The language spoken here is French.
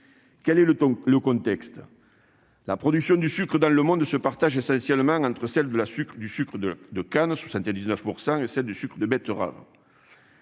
Quel est le contexte ? La production du sucre dans le monde se partage essentiellement entre le sucre de canne, pour 79 %, et le sucre de betterave.